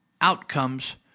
outcomes